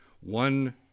one